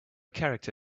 character